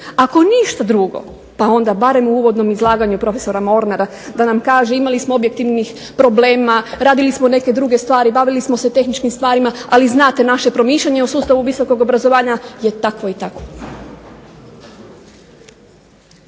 Ako ništa drugo pa onda barem u uvodnom izlaganju profesora Mornara, da nam kaže imali smo objektivnih problema, radili smo neke druge stvari, bavili smo se tehničkim stvarima ali znate naše promišljanje u sustavu visokog obrazovanja je takvo i takvo.